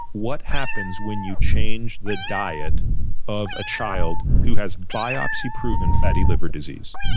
what happens when you change the diet of a child who has biopsy proven fatty liver disease?